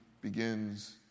begins